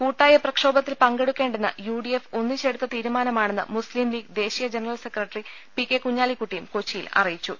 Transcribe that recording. കൂട്ടായ പ്രക്ഷോഭത്തിൽ പങ്കെടുക്കേണ്ടെന്ന് യു ഡി എഫ് ഒന്നിച്ചെടുത്ത തീരുമാനമാണെന്ന് മുസ്ലീം ലീഗ് ദേശീയ ജനറൽ സെക്രട്ടറി പി കെ കുഞ്ഞാലിക്കുട്ടിയും കൊച്ചിയിൽ അറിയിച്ചു